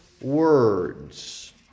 words